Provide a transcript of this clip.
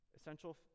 essential